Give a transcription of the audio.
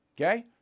okay